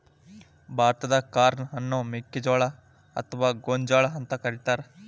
ಭಾರತಾದಾಗ ಕಾರ್ನ್ ಅನ್ನ ಮೆಕ್ಕಿಜೋಳ ಅತ್ವಾ ಗೋಂಜಾಳ ಅಂತ ಕರೇತಾರ